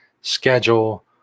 schedule